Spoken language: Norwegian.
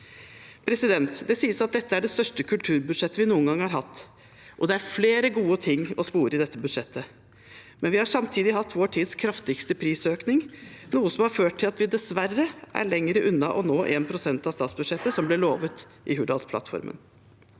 danse. Det sies at dette er det største kulturbudsjettet vi noen gang har hatt, og det er flere gode ting å spore i dette budsjettet, men vi har samtidig hatt vår tids kraftigste prisøkning, noe som har ført til at vi dessverre er lenger unna å nå 1 pst. av statsbudsjettet, som ble lovet i Hurdalsplattformen.